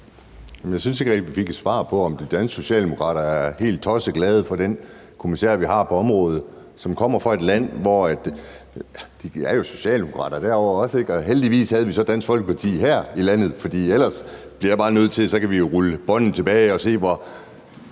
Jeg synes ikke rigtig, vi fik et svar på, om de danske socialdemokrater er helt tosseglade for den kommissær, vi har på området, og som kommer fra et land, hvor de jo også er socialdemokrater, ikke? Og heldigvis havde vi så Dansk Folkeparti her i landet, for ellers bliver jeg bare nødt til at sige, at vi jo så kan spole tilbage og se, hvor